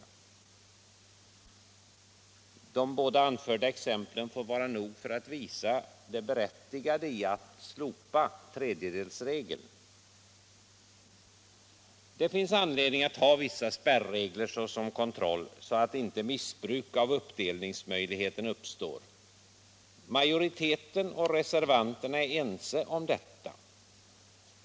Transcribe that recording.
w De båda anförda exemplen får vara nog för att visa det berättigade i att slopa tredjedelsregeln. Det finns anledning att ha vissa spärregler som kontroll, så att inte missbruk av uppdelningsmöjligheten uppstår. Majoriteten och reservanterna är ense om detta.